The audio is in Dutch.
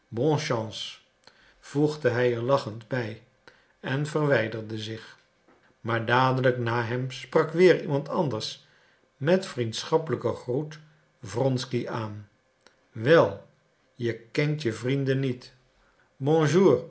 bonne chance voegde hij er lachend bij en verwijderde zich maar dadelijk na hem sprak weer iemand anders met vrienschappelijken groet wronsky aan wel je kent je vrienden niet bonjour